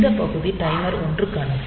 இந்த பகுதி டைமர் 1 க்கானது